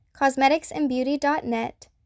CosmeticsAndBeauty.net